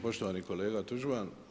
Poštovani kolega Tuđman.